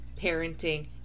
parenting